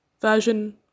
version